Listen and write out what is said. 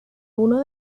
uno